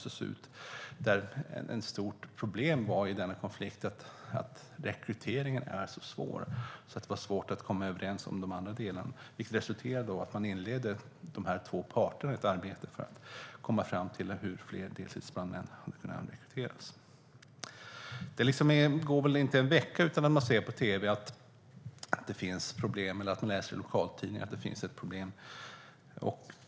Ett stort problem i denna konflikt var att frågan om rekrytering var så svår att det var svårt att komma överens om de andra delarna. Det resulterade i att de här två parterna inledde ett arbete för att komma fram till hur fler deltidsbrandmän skulle kunna rekryteras. Det går väl inte en vecka utan att man ser på tv eller läser i lokaltidningar att det finns problem.